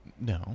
No